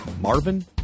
Marvin